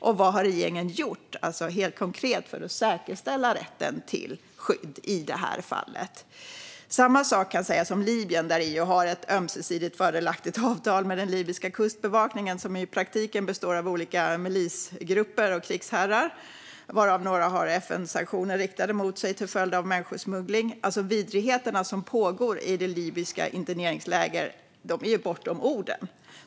Och vad har regeringen konkret gjort för att säkerställa rätten till skydd i det här fallet? Samma sak kan sägas om Libyen. EU har ett ömsesidigt fördelaktigt avtal med den libyska kustbevakningen, som i praktiken består av olika milisgrupper och krigsherrar varav några har FN-sanktioner riktade mot sig till följd av människosmuggling. Vidrigheterna som pågår i libyska interneringsläger är bortom ord.